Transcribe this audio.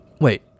Wait